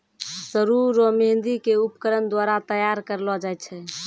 सरु रो मेंहदी के उपकरण द्वारा तैयार करलो जाय छै